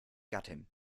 gattin